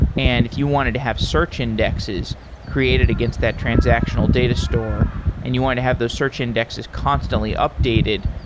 and if you wanted to have search indexes created against that transactional data store and you want to have those search indexes constantly updated,